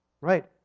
right